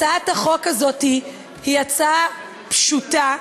הצעת החוק הזאת היא הצעה פשוטה,